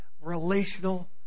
relational